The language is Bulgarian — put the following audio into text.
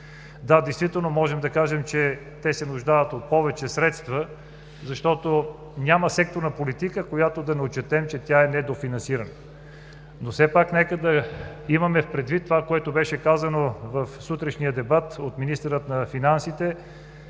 Да, действително можем да кажем, че те се нуждаят от повече средства, защото няма секторна политика, която да не отчетем, че е недофинансирана, но все пак нека на имаме предвид това, което беше казано в сутрешния дебат от министъра на финансите